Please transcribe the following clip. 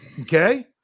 Okay